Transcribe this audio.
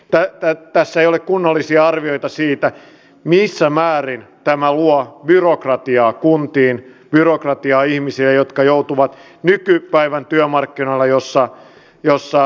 tässä ei ole kunnollisia arvioita siitä missä määrin tämä luo byrokratiaa kuntiin byrokratiaa ihmisille jotka joutuvat nykypäivän työmarkkinoille joissa jossa